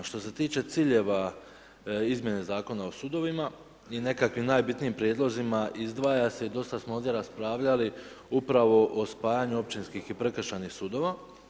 Što se tiče ciljeva Izmjene zakona o sudovima i nekakvim najbitnijim prijedlozima, izdvaja je i dosta smo o ovdje raspravljali upravo o spajanju općinskih i prekršajnih sudova.